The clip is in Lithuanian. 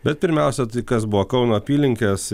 bet pirmiausia tai kas buvo kauno apylinkės